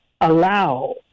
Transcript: allow